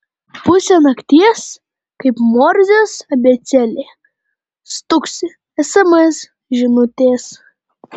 pusę nakties kaip morzės abėcėlė stuksi sms žinutės